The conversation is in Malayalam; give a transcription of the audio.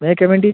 may I come in tea